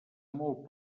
molt